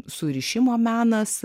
surišimo menas